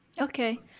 Okay